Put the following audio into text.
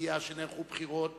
בידיעה שנערכו בחירות